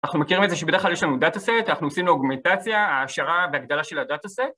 אנחנו מכירים את זה שבדרך כלל יש לנו דאטסט, אנחנו עושים לו אוגמטציה, העשרה והגדלה של הדאטסט